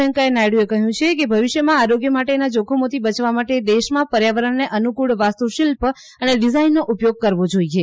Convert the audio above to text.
વૈંકયા નાયડુએ કહ્યું છે કે ભવિષ્યમાં આરોગ્ય માટેના જોખમોથી બચવા માટે દેશમાં પર્યાવરણને અનુકુળ વાસ્તુશિલ્પ અને ડિઝાઇનનો ઉપયોગ કરવો જોઇએ